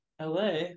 la